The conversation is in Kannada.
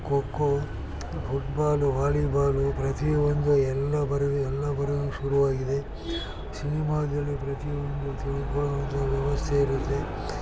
ಖೋಖೋ ಫುಟ್ಬಾಲು ವಾಲಿಬಾಲು ಪ್ರತಿಯೊಂದು ಎಲ್ಲ ಬರಲು ಎಲ್ಲ ಬರಲು ಶುರುವಾಗಿದೆ ಸಿನಿಮಾದಲ್ಲಿ ಪ್ರತಿಯೊಂದು ತಿಳ್ಕೊಳ್ಳುವಂಥ ವ್ಯವಸ್ಥೆ ಇರುತ್ತೆ